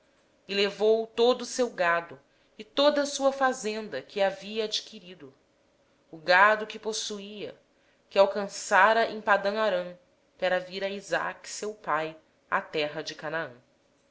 levou todo o seu gado e toda a sua fazenda que havia adquirido o gado que possuía que havia adquirido em padã arã a fim de ir ter com isaque seu pai à terra de canaã